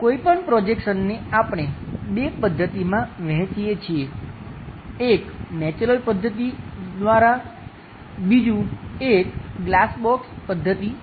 કોઈપણ પ્રોજેક્શનને આપણે બે પદ્ધતિમાં વહેંચીએ છીએ એક નેચરલ પદ્ધતિ દ્વારા બીજી એક ગ્લાસ બોક્સ પદ્ધતિ છે